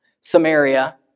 Samaria